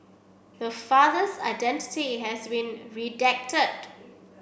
the father's identity has been redacted